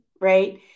right